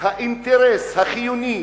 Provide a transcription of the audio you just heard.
האינטרס החיוני